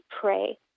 pray